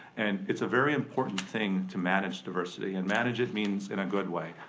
and it's a very important thing to manage diversity. and manage it means in a good way.